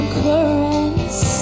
currents